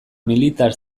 militar